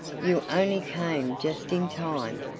you only came just in time.